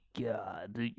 god